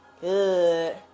Good